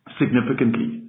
significantly